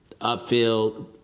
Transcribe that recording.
upfield